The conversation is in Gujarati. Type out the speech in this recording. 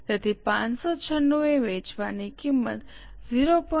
તેથી 596 એ વેચવાની કિંમત 0